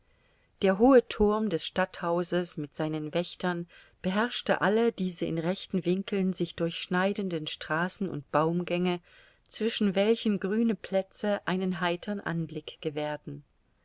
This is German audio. der hohe thurm des stadthauses mit seinen wächtern beherrschte alle diese in rechten winkeln sich durchschneidenden straßen und baumgänge zwischen welchen grüne plätze einen heitern anblick gewährten